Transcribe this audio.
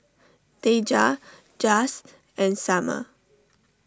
Deja Jase and Summer